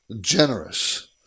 generous